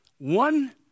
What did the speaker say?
One